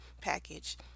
package